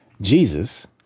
Jesus